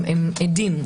הם עדים,